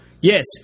Yes